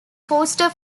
foster